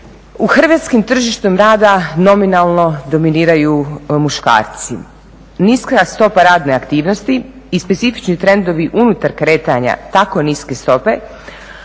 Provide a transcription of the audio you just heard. u hrvatskom tržištu rada nominalno dominiraju muškarci. Niska stopa radne aktivnosti i specifični trendovi unutar kretanja tako niske stope